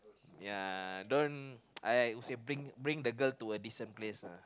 ya don't I would say bring bring the girl to a decent place uh